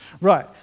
Right